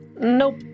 Nope